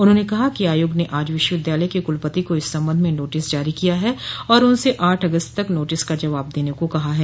उन्होंने कहा कि आयोग ने आज विश्वविद्यालय के कुलपति को इस संबंध में नोटिस जारी किया है और उनसे आठ अगस्त तक नोटिस का जवाब देने को कहा है